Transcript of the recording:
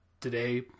today